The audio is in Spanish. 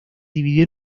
dividió